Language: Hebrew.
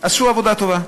עשו עבודה טובה.